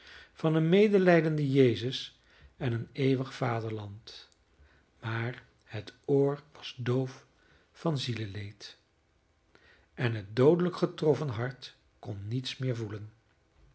van een medelijdenden jezus en een eeuwig vaderland maar het oor was doof van zieleleed en het doodelijk getroffen hart kon niets meer voelen